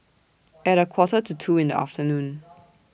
At A Quarter to two in The afternoon